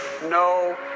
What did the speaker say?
No